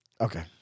Okay